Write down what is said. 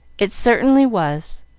it certainly was,